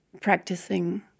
practicing